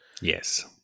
yes